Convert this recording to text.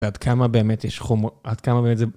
ועד כמה באמת יש חומו... עד כמה באמת זה...